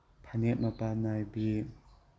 ꯐꯅꯦꯛ ꯃꯄꯥꯟ ꯅꯥꯏꯕꯤ